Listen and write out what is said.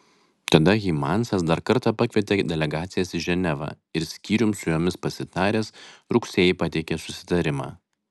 tada hymansas dar kartą pakvietė delegacijas į ženevą ir skyrium su jomis pasitaręs rugsėjį pateikė susitarimą